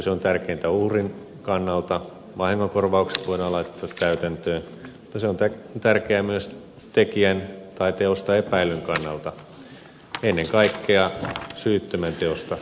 se on tärkeintä uhrin kannalta vahingonkorvaukset voidaan laittaa täytäntöön mutta se on tärkeää myös tekijän tai teosta epäillyn kannalta ennen kaikkea syyttömän teosta epäillyn kannalta